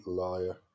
liar